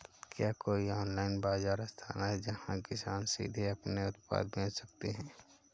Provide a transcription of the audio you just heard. क्या कोई ऑनलाइन बाज़ार स्थान है जहाँ किसान सीधे अपने उत्पाद बेच सकते हैं?